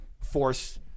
force